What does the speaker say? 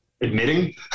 admitting